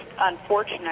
unfortunate